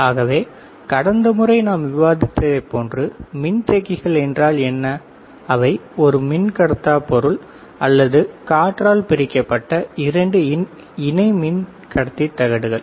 ஆகவே கடந்த முறை நாம் விவாதித்ததைப் போன்று மின்தேக்கிகள் என்றால் என்ன அவை ஒரு மின்கடத்தா பொருள் அல்லது காற்றால் பிரிக்கப்பட்ட இரண்டு இணை மின்கடத்தி தகடுகள்